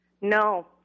No